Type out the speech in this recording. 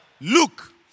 look